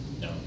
No